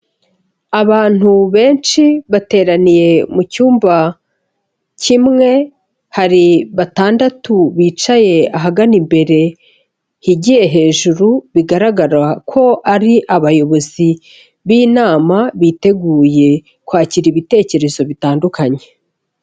Abantu benshi bateraniye mu cyumba kimwe, hari batandatu bicaye ahagana imbere higiye hejuru bigaragara ko ari abayobozi b'inama, biteguye kwakira ibitekerezo bitandukanye.